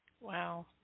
Wow